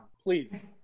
please